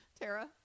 Tara